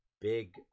big